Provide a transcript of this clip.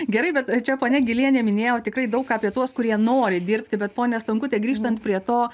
gerai bet čia ponia gilienė minėjo tikrai daug apie tuos kurie nori dirbti bet pone stankute grįžtant prie to